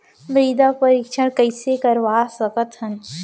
मृदा परीक्षण कइसे करवा सकत हन?